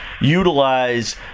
utilize